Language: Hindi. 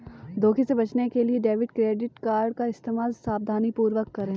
धोखे से बचने के लिए डेबिट क्रेडिट कार्ड का इस्तेमाल सावधानीपूर्वक करें